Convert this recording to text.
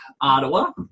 Ottawa